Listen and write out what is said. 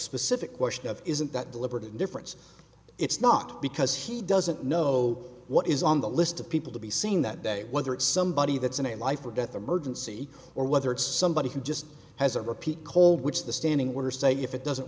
specific question of isn't that deliberate indifference it's not because he doesn't know what is on the list of people to be seen that day whether it's somebody that's in a life or death emergency or whether it's somebody who just has a repeat cold which the standing orders say if it doesn't